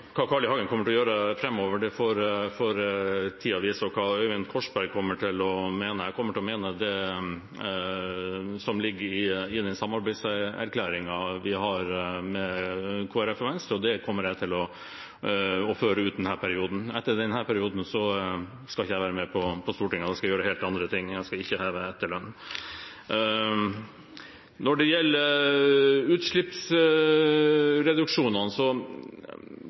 Hva Carl I. Hagen kommer til å gjøre framover, får tiden vise. Øyvind Korsberg kommer til å mene det som ligger i samarbeidserklæringen vi har med Kristelig Folkeparti og Venstre. Det kommer jeg til å følge ut denne perioden. Etter denne perioden skal ikke jeg være på Stortinget. Da skal jeg gjøre helt andre ting, og jeg skal ikke heve etterlønn. Når det gjelder utslippsreduksjonene,